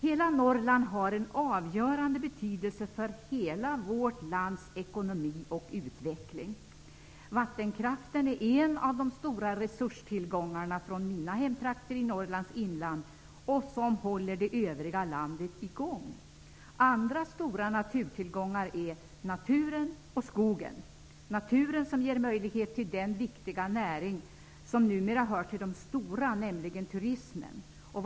Hela Norrland har en avgörande betydelse för vårt lands ekonomi och utveckling. Vattenkraften från mina hemtrakter i Norrlands inland är en av de stora resurstillgångar som håller det övriga landet i gång. Andra stora tillgångar är naturen och skogen. Naturen ger underlag för den viktiga näringen turismen, som numera tillhör de stora.